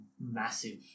massive